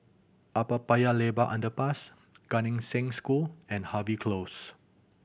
Upper Paya Lebar Underpass Gan Eng Seng School and Harvey Close